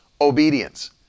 obedience